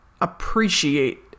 appreciate